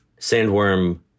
Sandworm